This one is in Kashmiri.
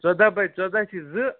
ژۄداہ بَے ژۄداہ چھِ زٕ